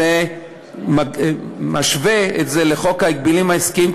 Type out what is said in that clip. תהיה השוואה לחוק ההגבלים העסקיים,